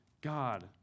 God